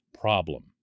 problem